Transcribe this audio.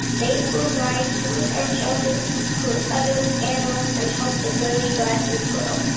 they provide food and shelter for other animals and help the prairie grasses grow